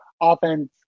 offense